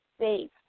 safe